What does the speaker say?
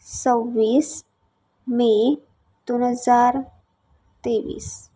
सव्वीस मे दोन हजार तेवीस